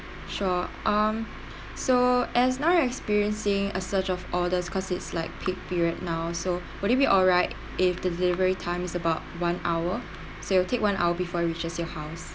sure um so as now we're experiencing a surge of orders cause it's like peak period now so would it be alright if the delivery time is about one hour so it'll take one hour before reaches your house